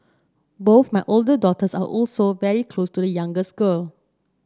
both my older daughters are also very close to the youngest girl